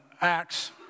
Acts